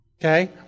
Okay